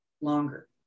longer